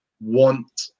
want